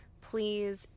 please